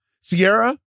Sierra